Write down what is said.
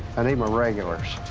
i need my regulars,